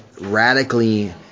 radically